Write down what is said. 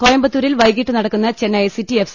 കോയമ്പത്തൂ രിൽ വൈകീട്ട് നടക്കുന്ന ചെന്നൈ സിറ്റി എഫ്